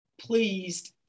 pleased